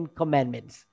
commandments